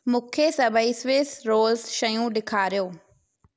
मूंखे सभई Swiss rolls शयूं ॾेखारियो